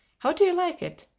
how do you like it?